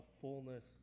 fullness